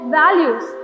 values